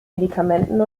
medikamenten